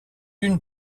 une